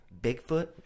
bigfoot